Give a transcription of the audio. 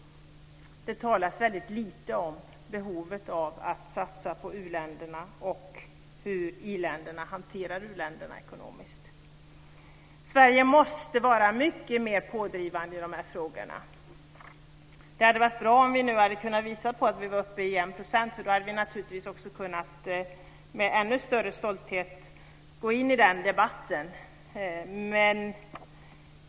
Det talas lite om behovet av att satsa på u-länderna och hur i-länderna hanterar u-länderna ekonomiskt. Sverige måste vara mycket mer pådrivande i frågorna. Det hade varit bra om vi hade kunnat visa på att vi hade kommit upp till 1 %. Då hade vi med ännu större stolthet kunnat gå in i den debatten.